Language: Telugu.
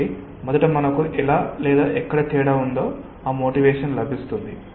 కాబట్టి మొదట మనకు ఎలా లేదా ఎక్కడ తేడా ఉందో ఆ మోటివేషన్ లభిస్తుంది